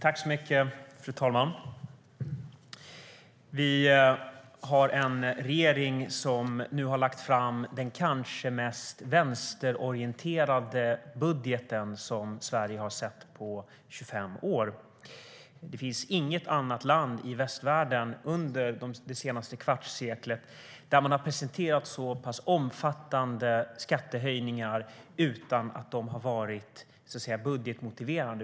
Fru talman! Vi har en regering som nu har lagt fram den kanske mest vänsterorienterade budgeten som Sverige har sett på 25 år. Det finns inget annat land i västvärlden där man det senaste kvartsseklet har presenterat så pass omfattande skattehöjningar utan att de har varit budgetmotiverade.